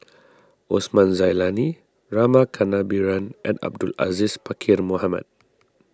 Osman Zailani Rama Kannabiran and Abdul Aziz Pakkeer Mohamed